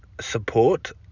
support